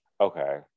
Okay